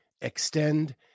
Extend